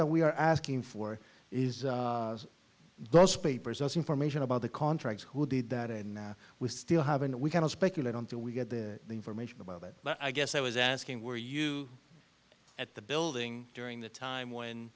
that we are asking for is those papers as information about the contractor who did that and we still haven't we can't speculate on till we get the information about it but i guess i was asking were you at the building during the time when